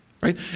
right